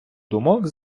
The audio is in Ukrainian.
думок